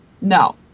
No